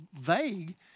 vague